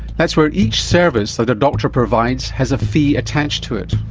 that's where each service that a doctor provides has a fee attached to it.